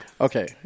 Okay